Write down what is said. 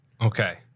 Okay